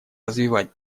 развивать